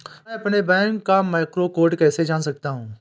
मैं अपने बैंक का मैक्रो कोड कैसे जान सकता हूँ?